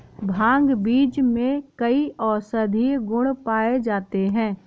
भांग बीज में कई औषधीय गुण पाए जाते हैं